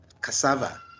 cassava